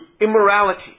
immorality